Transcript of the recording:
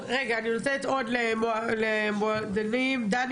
רגע, אני נותנת פה לעוד מועדונים לדבר.